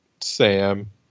Sam